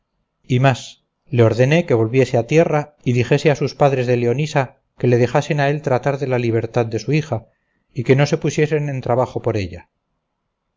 y más le ordené que volviese a tierra y dijese a sus padres de leonisa que le dejasen a él tratar de la libertad de su hija y que no se pusiesen en trabajo por ella